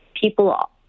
people